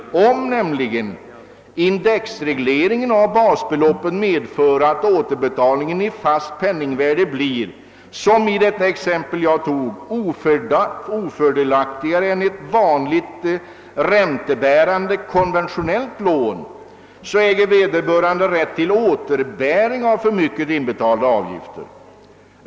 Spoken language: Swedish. Om nämligen indexregleringen av basbelop pet medför att återbetalningen i fast penningvärde blir, som i detta exempel, ofördelaktigare än ett vanligt räntebärande konventionellt lån äger vederbörande rätt till återbäring av för mycket inbetalda avgifter.